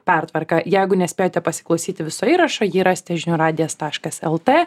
pertvarka jeigu nespėjote pasiklausyti viso įrašo jį rasite žinių radijas taškas el t